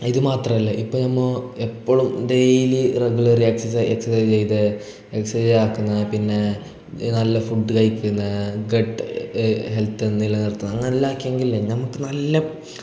ഇതുമാത്രമല്ല ഇപ്പോൾ നമ്മൾ എപ്പോഴും ഡേയ്ലി റെഗുലർളി എക്സ്സസൈ എക്സ്സൈസ്സ് ചെയ്ത് എക്സ്സ്സൈ ആക്കുന്ന പിന്നേ ഇത് നല്ല ഫുഡ്ഡ് കഴിക്കുന്ന ഗട്ട് ഹെൽത്ത് നിലനിർത്താൻ അങ്ങനെയെല്ലാം ആക്കിയെങ്കിലല്ലേ നമുക്ക് നല്ല